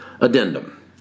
addendum